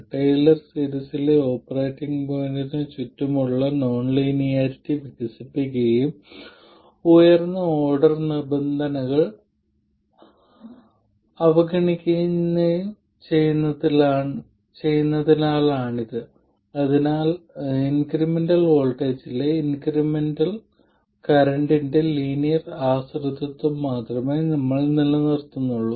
Taylor സീരീസിലെ operating പോയിന്റിന് ചുറ്റുമുള്ള നോൺ ലീനിയാരിറ്റി വികസിപ്പിക്കുകയും ഉയർന്ന ഓർഡർ നിബന്ധനകൾ അവഗണിക്കുകയും ചെയ്യുന്നതിനാലാണിത് അതായത് ഇൻക്രിമെന്റൽ വോൾട്ടേജിലെ ഇൻക്രിമെന്റൽ കറന്റിന്റെ ലീനിയർ ആശ്രിതത്വം മാത്രമേ ഞങ്ങൾ നിലനിർത്തുന്നുള്ളൂ